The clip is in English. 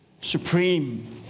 supreme